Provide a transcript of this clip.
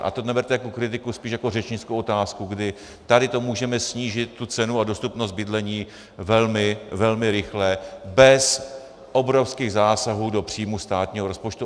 A to neberte jako kritiku, spíš jako řečnickou otázku, kdy tady to můžeme snížit, tu cenu a dostupnost bydlení velmi, velmi rychle bez obrovských zásahů do příjmů státního rozpočtu.